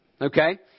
Okay